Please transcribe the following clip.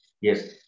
yes